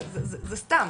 זה סתם.